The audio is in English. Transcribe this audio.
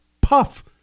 puff